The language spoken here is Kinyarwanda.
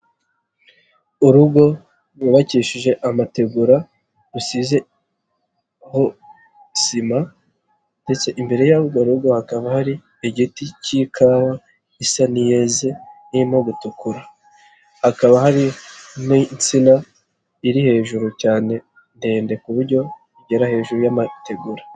Urugo rwubakishije amategura rusize aho sima ndetse imbere y'urwo rugo hakaba hari igiti cy'ikawa isa n'iyeze irimo gutukura, hakaba hari n'insina iri hejuru cyane ndende ku buryo igera hejuru y'amategura.